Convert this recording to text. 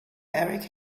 erik